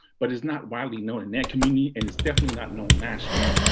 but is not widely known in that community. and it's definitely not known nationally.